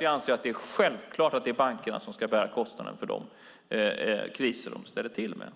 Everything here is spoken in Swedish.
Vi anser också att det är självklart att det är bankerna som ska bära kostnaderna för de kriser de ställer till med.